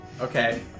Okay